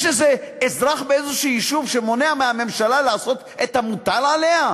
יש איזה אזרח באיזה יישוב שמונע מהממשלה לעשות את המוטל עליה?